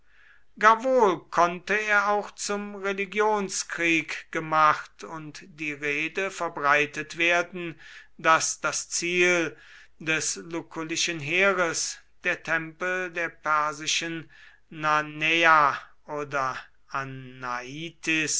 wohl konnte er auch zum religionskrieg gemacht und die rede verbreitet werden daß das ziel des lucullischen heeres der tempel der persischen nanäa oder